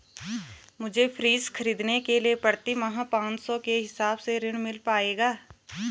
मुझे फ्रीज खरीदने के लिए प्रति माह पाँच सौ के हिसाब से ऋण मिल पाएगा?